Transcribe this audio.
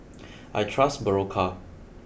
I trust Berocca